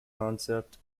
concept